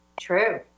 true